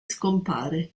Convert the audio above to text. scompare